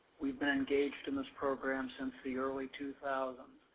weve been engaged in this program since the early two thousand,